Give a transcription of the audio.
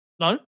No